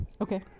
okay